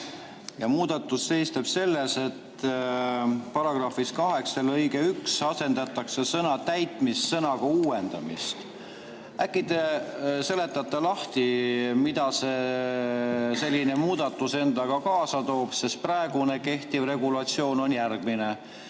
Muudatus seisneb selles, et § 8 lõikes 1 asendatakse sõna "täitmist" sõnaga "uuendamist". Äkki te seletate lahti, mida selline muudatus endaga kaasa toob? Praegune kehtiv regulatsioon on järgmine: